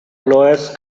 lowers